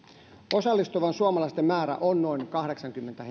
osallistuvien suomalaisten määrä on noin kahdeksankymmentä